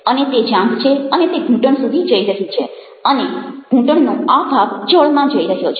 અને તે જાંઘ છે અને તે ઘૂંટણ સુધી જઈ રહી છે અને ઘૂંટણનો આ ભાગ જળમાં જઈ રહ્યો છે